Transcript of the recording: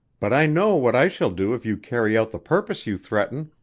but i know what i shall do if you carry out the purpose you threaten.